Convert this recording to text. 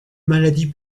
maladie